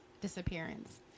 disappearance